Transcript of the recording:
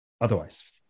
otherwise